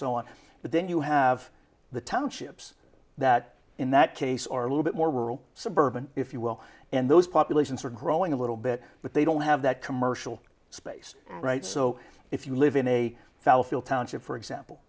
so on but then you have the townships that in that case or a little bit more rural suburban if you will and those populations are growing a little bit but they don't have that commercial space right so if you live in a f